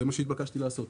זה מה שנתבקשתי לעשות.